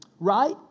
right